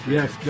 Yes